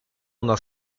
una